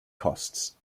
costs